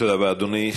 תודה רבה, אדוני.